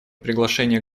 приглашение